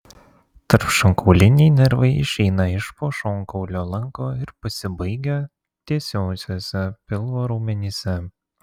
tarpšonkauliniai nervai išeina iš po šonkaulio lanko ir pasibaigia tiesiuosiuose pilvo raumenyse